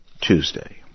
Tuesday